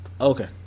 Okay